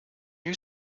you